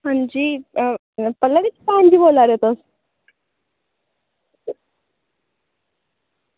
अंजी अ बोल्ला दे तुस